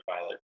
pilot